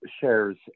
shares